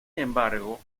embargo